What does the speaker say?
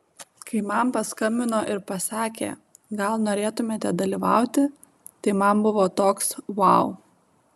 kai man paskambino ir pasakė gal norėtumėte dalyvauti tai man buvo toks vau